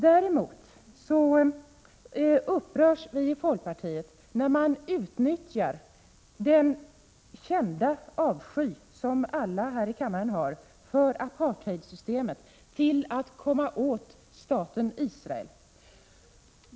Däremot upprörs vi i folkpartiet, när man utnyttjar den kända avsky som alla här i kammaren har för apartheidsystemet till att komma åt staten Israel.